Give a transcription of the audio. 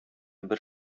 бер